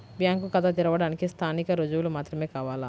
Bank ఖాతా తెరవడానికి స్థానిక రుజువులు మాత్రమే కావాలా?